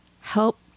help